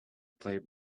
play